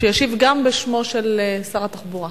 שישיב גם בשמו של שר התחבורה.